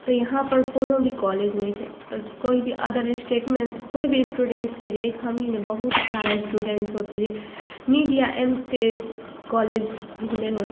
तऽ यहाँपर कोनो भी कॉलेज नहि छै तऽ कोइ भी अदर एस्टेटमे कोइ भी स्टुडेन्ट्सके जे एक हमहीँ नइ बहुत सारा स्टुडेन्ट्स होतै जे नीट या एम्सके कॉलेज ढूँढ़ै होत